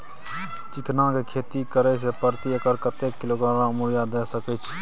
चिकना के खेती करे से प्रति एकर कतेक किलोग्राम यूरिया द सके छी?